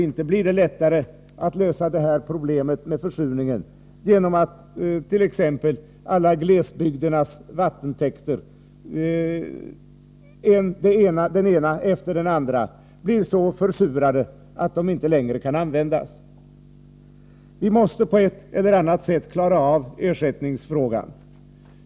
Inte blir det lättare att lösa problemet med försurningen genom attt.ex. glesbygdernas vattentäkter, den ena efter den andra, blir så försurade att de inte längre kan användas. Vi måste på ett eller annat sätt klara av ersättningsfrågan.